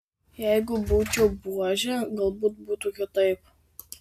jeigu būčiau buožė galbūt būtų kitaip